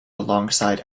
alongside